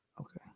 okay